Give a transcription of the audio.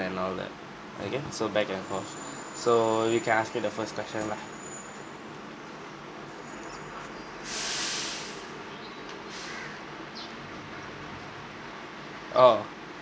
and all that okay so back and forth so you can ask me the first question lah oh